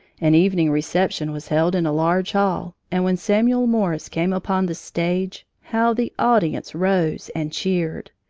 an evening reception was held in a large hall, and when samuel morse came upon the stage, how the audience rose and cheered!